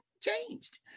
changed